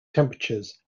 temperatures